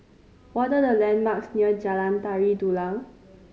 what are the landmarks near Jalan Tari Dulang